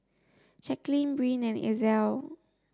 Jaclyn Brynn and Ezell